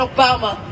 Obama